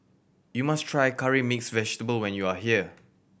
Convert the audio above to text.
you must try Curry Mixed Vegetable when you are here